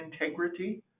integrity